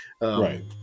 right